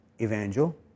evangel